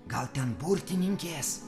gal ten burtininkės